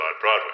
Broadway